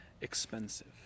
expensive